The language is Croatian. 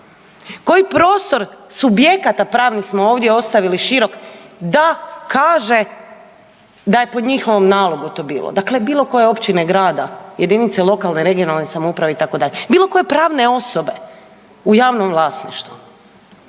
koji prostro subjekata pravnih smo ovdje ostavili širok da kaže da je po njihovom to nalogu bilo, dakle bilo koje općine ili grada jedinice lokalne, regionalne samouprave itd., bilo koje pravne osobe u javnom vlasništvu.